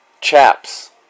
Chaps